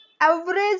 average